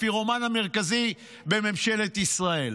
הפירומן המרכזי בממשלת ישראל.